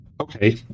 Okay